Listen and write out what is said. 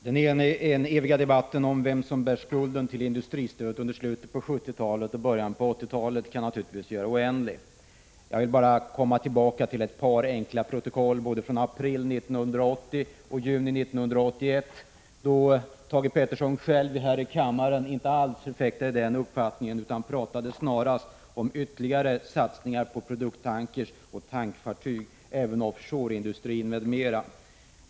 Fru talman! Den eviga debatten om vem som bär skulden till industristödet under slutet på 1970-talet och början på 1980-talet kan naturligtvis göras oändlig. Jag vill bara komma tillbaka till ett par protokoll från april 1980 och juni 1981, då Thage Peterson själv här i kammaren inte alls förfäktade den uppfattningen att stödet skulle dras ned utan snarast talade om ytterligare satsningar på produkttankers, tankfartyg, offshore-industri m.m.